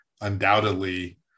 undoubtedly